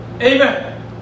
Amen